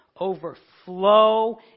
overflow